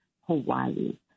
Hawaii